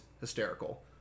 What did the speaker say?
hysterical